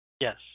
Yes